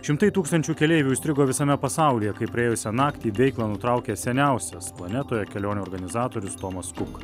šimtai tūkstančių keleivių įstrigo visame pasaulyje kai praėjusią naktį veiklą nutraukė seniausias planetoje kelionių organizatorius tomas kuk